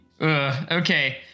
Okay